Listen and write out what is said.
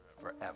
forever